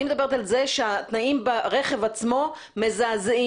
אני מדברת על זה שהתנאים ברכב עצמו מזעזעים,